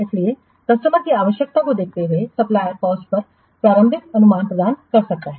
इसलिए कस्टमर की आवश्यकता को देखते हुए सप्लायर कॉस्ट का प्रारंभिक अनुमान प्रदान कर सकता है